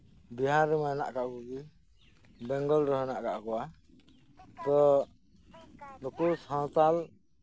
ᱵᱤᱦᱟᱨ ᱨᱮᱢᱟ ᱢᱮᱱᱟᱜ ᱟᱠᱟᱫ ᱠᱚᱜᱤ ᱵᱮᱝᱜᱚᱞ ᱨᱮᱦᱚᱸ ᱦᱮᱱᱟᱜ ᱟᱠᱟᱫ ᱠᱚᱣᱟ ᱛᱚ ᱱᱩᱠᱩ ᱥᱟᱶᱛᱟᱞ